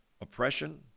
oppression